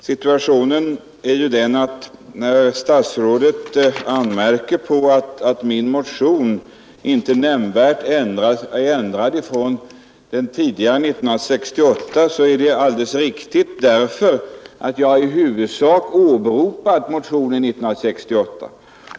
Fru talman! När statsrådet anmärker på att min motion inte nämnvärt avviker från den tidigare motionen år 1968, är det alldeles riktigt, eftersom jag i huvudsak har åberopat motionen år 1968.